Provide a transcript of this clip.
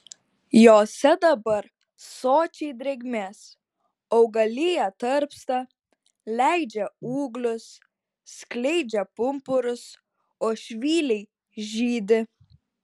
jose dabar sočiai drėgmės augalija tarpsta leidžia ūglius skleidžia pumpurus o švyliai žydi